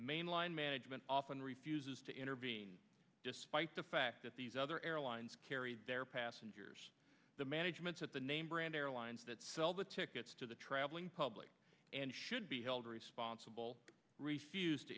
mainline management often refuses to intervene despite the fact that these other airlines carry their passengers the management at the name brand airlines that sell the tickets to the traveling public and should be held responsible refused to